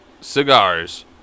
cigars